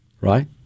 right